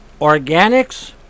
organics